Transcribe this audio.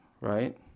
Right